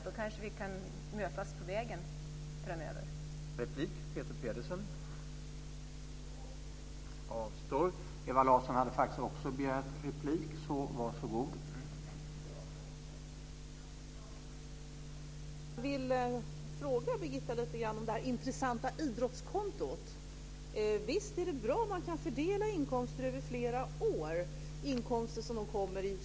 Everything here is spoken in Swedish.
Då kanske vi kan mötas på vägen framöver.